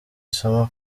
isomo